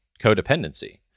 codependency